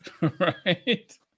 Right